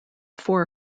four